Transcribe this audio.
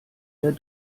der